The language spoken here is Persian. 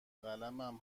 قلمم